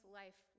life